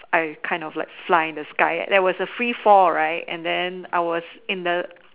I kind of like fly in the sky there was a free fall right and then I was in the